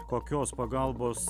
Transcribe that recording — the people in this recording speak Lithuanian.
kokios pagalbos